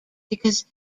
because